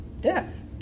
Death